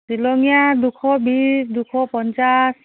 শ্ৱিলঙীয়া দুশ বিছ দুশ পঞ্চাছ